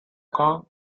kong